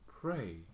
Pray